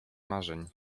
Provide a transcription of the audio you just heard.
marzeń